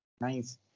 Nice